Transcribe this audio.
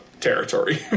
territory